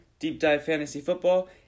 deepdivefantasyfootball